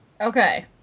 Okay